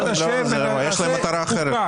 יש להם מטרה אחרת.